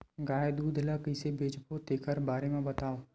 गाय दूध ल कइसे बेचबो तेखर बारे में बताओ?